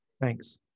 thanks